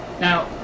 Now